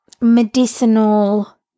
medicinal